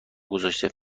گذاشته